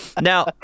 Now